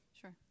Sure